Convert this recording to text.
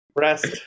Rest